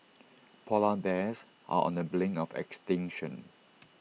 Polar Bears are on the brink of extinction